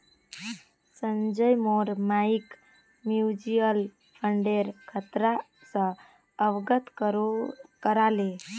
संजय मोर मइक म्यूचुअल फंडेर खतरा स अवगत करा ले